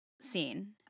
scene